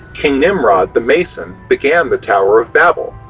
king nimrod the mason began the tower of babel,